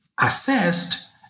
Assessed